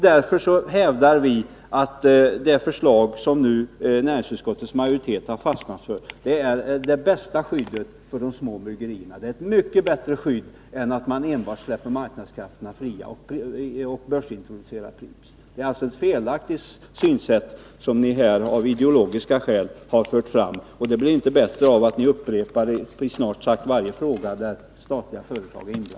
Därför hävdar vi att det förslag som nu näringsutskottets majoritet bestämt sig för är det bästa skyddet för de små bryggerierna. Det är ett mycket bättre skydd än vad som kan åstadkommas genom att enbart släppa marknadskrafterna fria och börsintroducera Pripps. Det synsätt som ni här av ideologiska skäl har fört fram är alltså felaktigt, och det blir inte bättre av att ni upprepar det i snart sagt varje fråga där statliga företag är berörda.